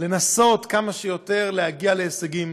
לנסות כמה שיותר להגיע להישגים.